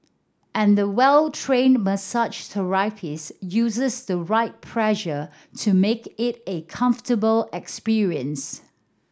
and the well trained massage therapist uses the right pressure to make it a comfortable experience